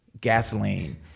gasoline